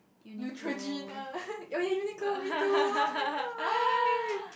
Neutrogena okay Uniqlo me too high five